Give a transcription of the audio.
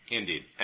indeed